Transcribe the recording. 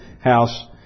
house